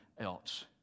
else